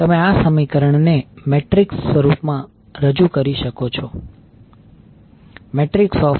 તમે આ સમીકરણને મેટ્રિક્સ સ્વરૂપમાં રજૂ કરી શકો છો